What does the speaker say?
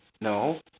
No